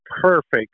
perfect